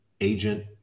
agent